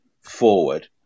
forward